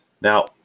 Now